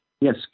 Yes